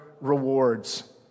rewards